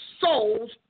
souls